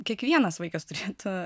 kiekvienas vaikas turėtų